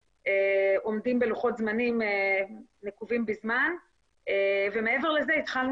עומדים בלוחות זמנים נקובים בזמן ומעבר לזה התחלנו